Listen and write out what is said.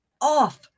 off